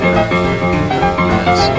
Yes